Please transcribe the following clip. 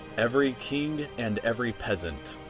every king and every peasant.